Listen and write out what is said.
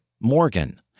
Morgan